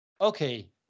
Okay